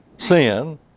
sin